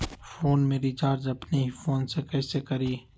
Phone में recharge अपने ही फ़ोन से कईसे करी?